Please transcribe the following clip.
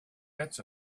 bits